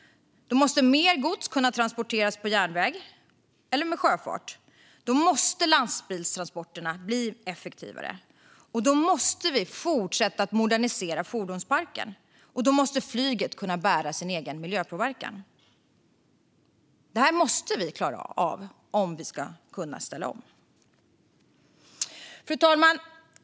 Då måste mer gods kunna transporteras på järnväg eller med sjöfart. Då måste lastbilstransporterna bli effektivare. Då måste vi fortsätta modernisera fordonsparken. Då måste flyget kunna bära sin egen miljöpåverkan. Det här måste vi klara av om vi ska kunna ställa om. Fru talman!